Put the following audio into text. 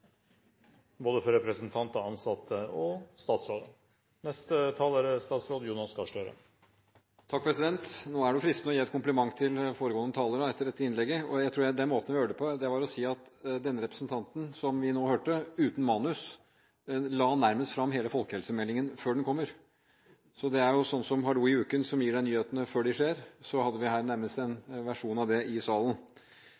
for både representanter, ansatte og statsråder. Det er fristende å gi en kompliment til foregående taler etter dette innlegget, og jeg tror måten å gjøre det på er å si at denne representanten som vi nå hørte – uten manus – nærmest la fram hele folkehelsemeldingen før den kommer. Det er jo sånn som Hallo i uken, som gir deg nyhetene før de skjer – vi hadde her nærmest en